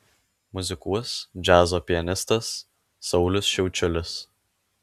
muzikuos džiazo pianistas saulius šiaučiulis